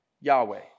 Yahweh